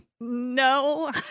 no